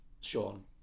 Sean